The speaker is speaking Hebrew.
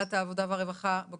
ועדת העבודה והרווחה לא